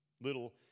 Little